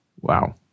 Wow